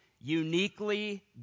uniquely